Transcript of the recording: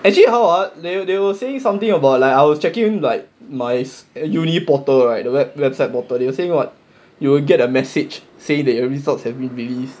actually how ah they they were saying something about like I was checking like my university portal right the the web~ website portal they say what you will get a message saying that your results have been released